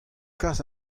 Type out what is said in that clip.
kas